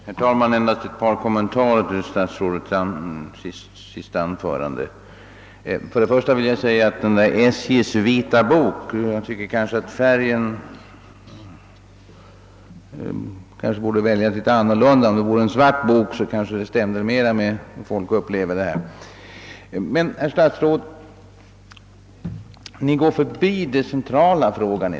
Herr talman! Endast ett par kommentarer till statsrådets senaste anförande. Denna SJ:s vita bok borde kanske i stället ha varit svart; den färgen skulle bättre överensstämma med hur folk upplever det här. Men, herr statsråd, Ni går förbi det centrala i frågan.